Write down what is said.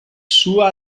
sua